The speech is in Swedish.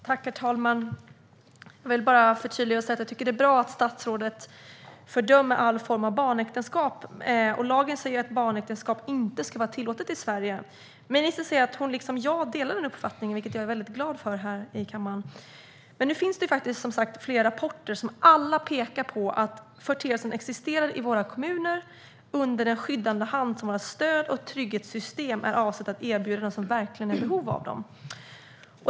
Herr talman! Jag vill bara förtydliga och säga att jag tycker att det är bra att statsrådet fördömer alla former av barnäktenskap. Lagen säger att barnäktenskap inte ska vara tillåtet i Sverige. Ministern säger här i kammaren att hon liksom jag delar denna uppfattning, vilket jag är glad för. Det finns dock som sagt flera rapporter som alla pekar på att företeelsen existerar i våra kommuner under den skyddande hand som våra stöd och trygghetssystem är avsedda att erbjuda dem som verkligen är i behov av den.